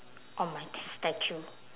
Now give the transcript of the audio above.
on my statue